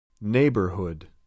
Neighborhood